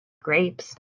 grapes